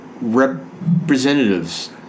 representatives